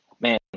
Man